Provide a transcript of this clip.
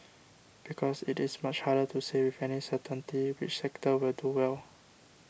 because it is much harder to say with any certainty which sectors will do well